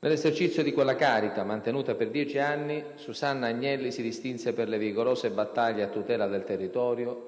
Nell'esercizio di quella carica, mantenuta per 10 anni, Susanna Agnelli si distinse per le vigorose battaglie a tutela del territorio